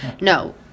No